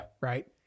Right